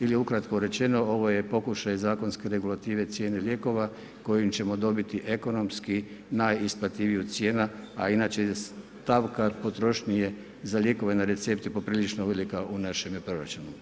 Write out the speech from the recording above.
Ili ukratko rečeno, ovo je pokušaj zakonske regulative cijene lijekove kojim ćemo dobiti ekonomski najisplativiju cijena, a inače je stavka potrošnje je za lijekove na recepte poprilično velika u našemu proračunu.